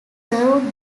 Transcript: served